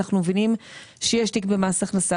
אנחנו מבינים שיש תיק במס הכנסה,